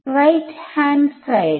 ഇപ്പോൾ അതിനെ കുറിച്ച് ചിന്തിക്കേണ്ട